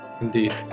Indeed